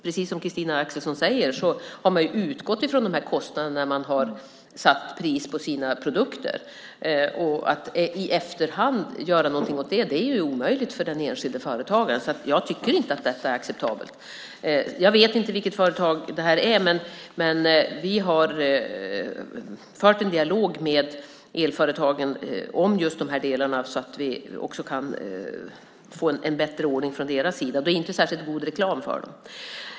Precis som Christina Axelsson säger har de utgått från dessa kostnader när de har satt priser på sina produkter. Att i efterhand göra någonting åt det är omöjligt för den enskilde företagaren. Jag tycker alltså inte att detta är acceptabelt. Jag vet inte vilket företag det handlar om. Men vi har fört en dialog med elföretagen om just dessa saker för att det ska bli en bättre ordning från deras sida. Detta är inte särskilt god reklam för dem.